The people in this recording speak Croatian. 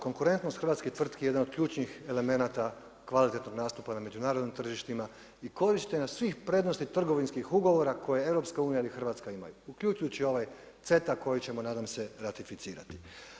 Konkurentnost hrvatske tvrtke jedan je od ključnih elemenata kvalitetnog nastupa na međunarodnim tržištima i korištenja svih prednosti trgovinskih ugovora koje EU ili Hrvatska imaju, uključujući ovaj CETA koji ćemo nadam se ratificirati.